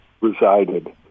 resided